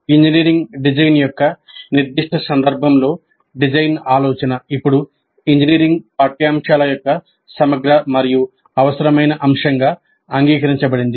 engineering design యొక్క నిర్దిష్ట సందర్భంలో డిజైన్ ఆలోచన ఇప్పుడు ఇంజనీరింగ్ పాఠ్యాంశాల యొక్క సమగ్ర మరియు అవసరమైన అంశంగా అంగీకరించబడింది